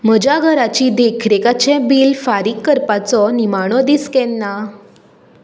म्हज्या घराची देखरेखा चें बिल फारीक करपाचो निमाणो दीस केन्ना